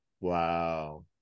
Wow